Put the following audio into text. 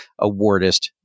awardist